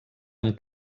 amb